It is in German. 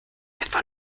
etwa